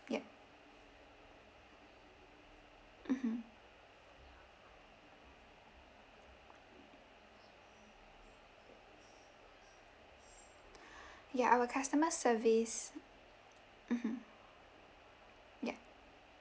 ya mmhmm ya our customer service mmhmm ya